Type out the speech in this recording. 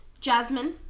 Jasmine